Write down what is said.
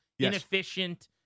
inefficient